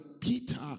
Peter